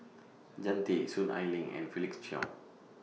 Jean Tay Soon Ai Ling and Felix Cheong